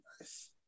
nice